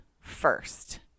first